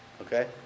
Okay